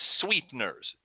sweeteners